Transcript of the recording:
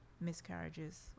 miscarriages